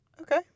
Okay